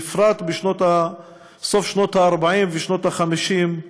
בפרט בסוף שנות ה-40 ושנות ה-50,